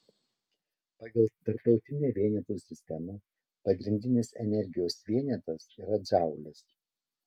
pagal tarptautinę vienetų sistemą pagrindinis energijos vienetas yra džaulis